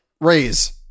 raise